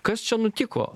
kas čia nutiko